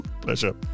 Pleasure